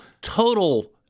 total